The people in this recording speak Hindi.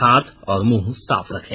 हाथ और मुंह साफ रखें